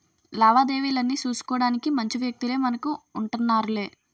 లావాదేవీలన్నీ సూసుకోడానికి మంచి వ్యక్తులే మనకు ఉంటన్నారులే